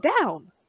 down